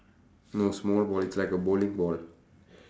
no small ball it's like a bowling ball